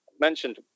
mentioned